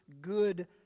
good